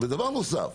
דבר נוסף,